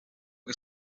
que